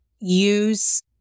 use